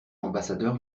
ambassadeur